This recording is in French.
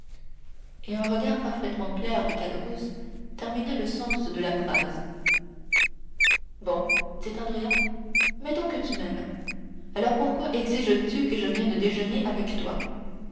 et un regard parfaitement clair de caderousse termina le sens de la phrase bon dit andrea mettons que tu m'aimes alors pourquoi exiges tu que je vienne déjeuner avec toi